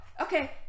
Okay